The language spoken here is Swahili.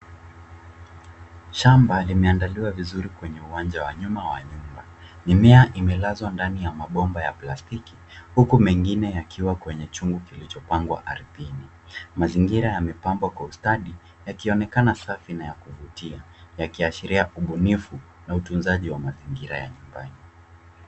Shamba limeandaliwa vizuri kwenye uwanja wa nyuma ya nyumba. Mimea imelazwa ndani ya mabomba ya plastiki huku mengine yakiwa kwenye chungu kilichopangwa ardhini. Mazingira yamepambwa kwa ustadi , yakionekana safi na ya kuvutia yakiashiria ubunifu na utunzaji wa mazingira ya nyumbani.